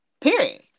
period